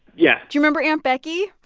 yeah do you remember aunt becky?